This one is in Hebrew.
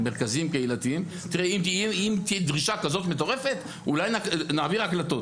אם תהיה דרישה כזאת מטורפת, אולי נעביר הקלטות.